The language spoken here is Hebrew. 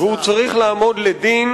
והוא צריך לעמוד לדין,